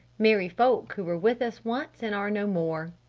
merry folk who were with us once and are no more!